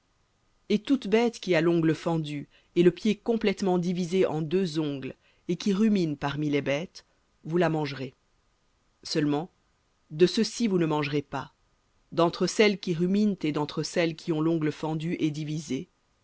et toute bête qui a l'ongle fendu et le complètement divisé en deux ongles et qui rumine parmi les bêtes vous la mangerez seulement de ceci vous ne mangerez pas d'entre celles qui ruminent et d'entre celles qui ont l'ongle fendu divisé